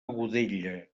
godella